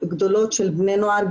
נגעת במשהו מאוד חשוב.